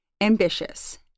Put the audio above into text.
ambitious